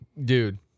Dude